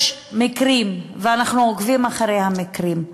יש מקרים, ואנחנו עוקבים אחרי המקרים,